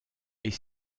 est